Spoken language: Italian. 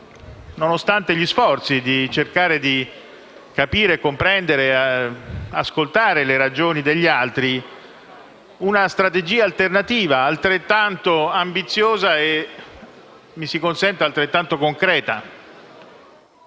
nonostante gli sforzi nel cercare di comprendere e ascoltare le ragioni degli altri, a cogliere una strategia alternativa, altrettanto ambiziosa e ‑ mi si consenta ‑ altrettanto concreta.